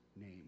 name